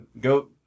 go